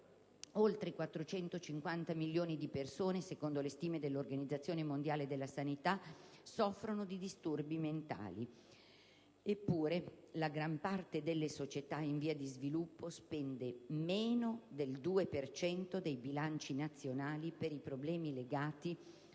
oltre 450 milioni di persone, secondo le stime dell'Organizzazione mondiale della sanità, soffrono di disturbi mentali, eppure, la gran parte delle società in via di sviluppo spende meno del 2 per cento dei bilanci nazionali per i problemi legati ai disturbi